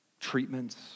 treatments